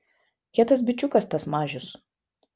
kietas bičiukas tas mažius